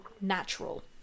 natural